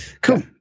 Cool